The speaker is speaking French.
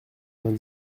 vingt